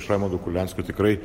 iš raimondo kurlianskio tikrai